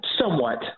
Somewhat